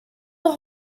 nog